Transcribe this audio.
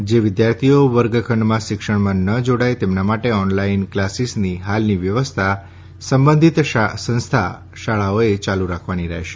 જે વિદ્યાર્થીઓ વર્ગખંડમાં શિક્ષણમાં ન જોડાય તેમના માટે ઓનલાઇન ક્લાસીસની હાલની વ્યવસ્થા સંબંધિત સંસ્થા શાળાઓએ યાલુ રાખવાની રહેશે